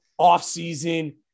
offseason